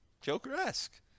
Joker-esque